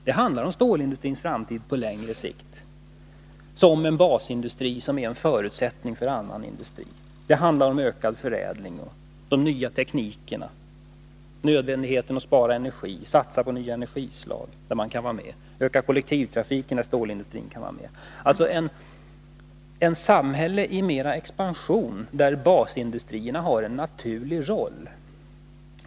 Det handlar ju om stålindustrins framtid på längre sikt som en basindustri som är en förutsättning för annan industri. Det handlar om ökad förädling och de nya teknikerna. Det handlar också om nödvändigheten av att spara energi och av att satsa på nya energislag där stålindustrin kan spela en roll. Också i en ökad satsning på kollektivtrafiken kan stålindustrin vara med. Målet är alltså ett samhälle i expansion, där basindustrierna spelar en naturlig roll.